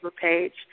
page